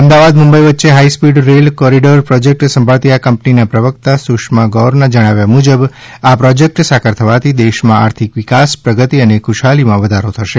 અમદાવાદ મુંબઈ વચ્ચે high speed rail corridor project સંભાળતી આ કંપનીના પ્રવક્તા સુષ્મા ગૌરના જણાવ્યા મુજબ આ પ્રોજેક્ટ સાકર થવાથી દેશમાં આર્થિક વિકાસ પ્રગતિ અને ખુશહાલીમાં વધારો થશે